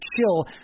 chill